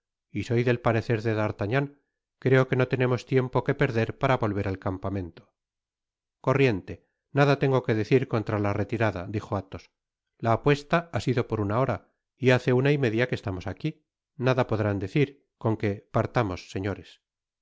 y soy del parecer de d'artagnan creo que no tenemos tiempo que perder para volver al campamento corriente nada tengo que decir contra la retirada dijo athos la apuesta ha sido por una hora y hace una y media que estamos aqui nada podrán decir con que partamos señores